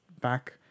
back